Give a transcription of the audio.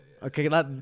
Okay